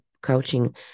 coaching